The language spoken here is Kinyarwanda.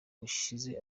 gushize